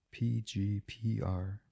PGPR